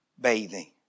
bathing